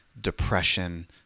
depression